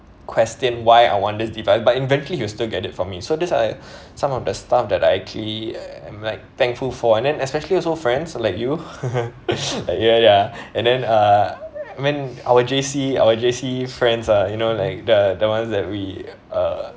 question why I want this device but eventually he will still get it for me so these are some of the stuff that I actually am like thankful for and then especially also old friends like you like ya ya and then uh when our J_C our J_C friends ah you know like the the ones that we uh